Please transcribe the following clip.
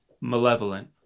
Malevolent